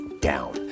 down